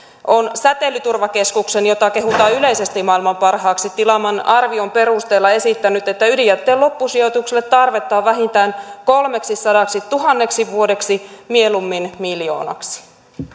on säteilyturvakeskuksen jota kehutaan yleisesti maailman parhaaksi tilaaman arvion perusteella esittänyt että ydinjätteen loppusijoitukselle tarvetta on vähintään kolmeksisadaksituhanneksi vuodeksi mieluummin miljoonaksi